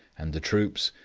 and the troops,